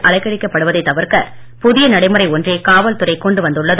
அலைகழிக்கப்படுவதை தவிர்க்க புதிய நடைமுறை ஒன்றை காவல்துறை கொண்டு வந்துள்ளது